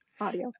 audio